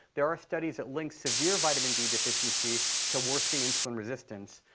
there are studies that link severe vitamin d deficiency to worsening insulin resistance.